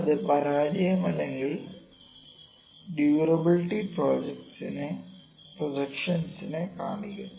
അത് പരാജയം അല്ലെങ്കിൽ ഡ്യൂറബിലിറ്റി പ്രോജെക്ഷൻസിനെ കാണിക്കുന്നു